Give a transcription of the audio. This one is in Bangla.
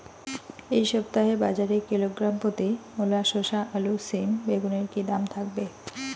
এই সপ্তাহে বাজারে কিলোগ্রাম প্রতি মূলা শসা আলু সিম বেগুনের কী দাম থাকবে?